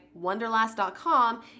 wonderlast.com